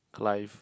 Clive